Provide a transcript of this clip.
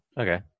okay